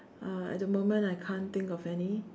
uh at the moment I can't think of any